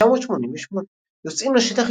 1988 יוצאים לשטח,